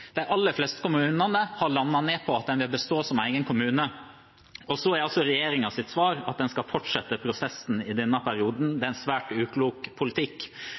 De aller fleste kommunene har landet på at de vil bestå som egen kommune. Regjeringens svar er altså at den skal fortsette prosessen i denne perioden. Det er en svært uklok politikk.